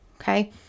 okay